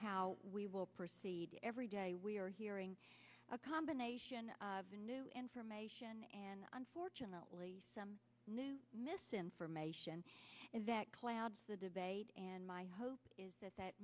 how we will proceed every day we are hearing a combination of the new information and unfortunately some new misinformation that clouds the debate and my hope is that that